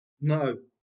No